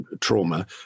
trauma